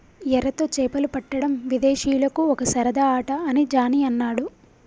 ఎరతో చేపలు పట్టడం విదేశీయులకు ఒక సరదా ఆట అని జానీ అన్నాడు